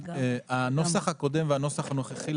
הנוסח הקודם והנוסח הנוכחי,